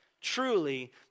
Truly